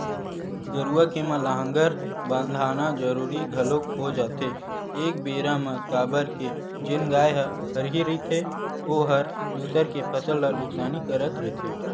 गरुवा के म लांहगर बंधाना जरुरी घलोक हो जाथे एक बेरा म काबर के जेन गाय ह हरही रहिथे ओहर दूसर के फसल ल नुकसानी करत रहिथे